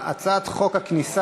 נתקבלה.